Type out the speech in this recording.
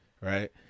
Right